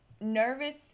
nervous